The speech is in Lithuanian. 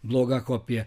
bloga kopija